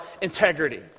integrity